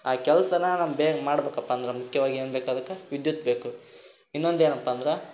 ಆ ಕೆಲಸನ ನಾನು ಬೇಗ ಮಾಡಬೇಕಪ್ಪ ಅಂದ್ರೆ ಮುಖ್ಯವಾಗಿ ಏನು ಬೇಕಾಗತ್ತೆ ವಿದ್ಯುತ್ ಬೇಕು ಇನ್ನೊಂದು ಏನಪ್ಪ ಅಂದ್ರೆ